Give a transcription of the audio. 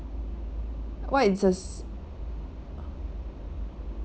what is the